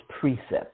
precepts